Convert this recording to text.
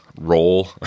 roll